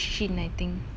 did they break your leg